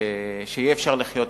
שיהיה אפשר לחיות אתו.